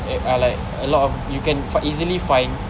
eh ah like a lot of you can easily find